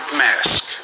mask